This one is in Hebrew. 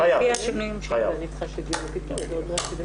בינתיים, האם יש פה הערות אחרות?